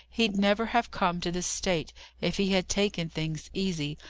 he'd never have come to this state if he had taken things easy,